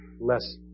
less